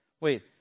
Wait